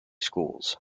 schools